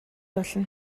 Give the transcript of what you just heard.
болно